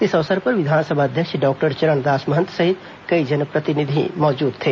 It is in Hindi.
इस अवसर पर विधानसभा अध्यक्ष डॉक्टर चरणदास महंत सहित कई जनप्रतिनिधि मौजूद थे